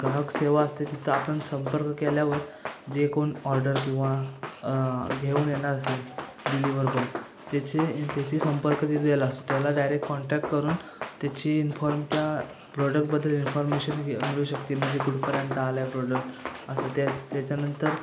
ग्राहक सेवा असते तितं आपण संपर्क केल्यावर जे कोण ऑर्डर किंवा घेऊन येणार असेल डिलिव्हर बॉय त्याचे त्याची संपर्क तिथे गेला असतो त्याला डायरेक्ट कॉन्टॅक्ट करून त्याची इन्फॉर्म त्या प्रॉडक्टबद्दल इन्फॉर्मेशन घे मिळू शकते म्हणजे कुठपर्यंत आलं आहे प्रोडक्ट असं त्याच्यानंतर